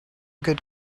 good